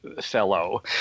fellow